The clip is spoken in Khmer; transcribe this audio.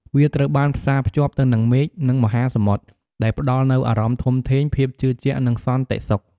វាត្រូវបានផ្សារភ្ជាប់ទៅនឹងមេឃ និងមហាសមុទ្រ ដែលផ្តល់នូវអារម្មណ៍ធំធេង ភាពជឿជាក់ និងសន្តិសុខ។